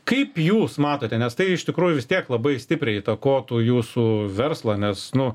kaip jūs matote nes tai iš tikrųjų vis tiek labai stipriai įtakotų jūsų verslą nes nu